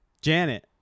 Janet